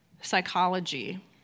psychology